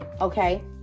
Okay